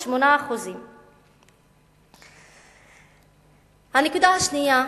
8%. הנקודה השנייה,